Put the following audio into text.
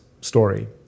story